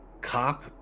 cop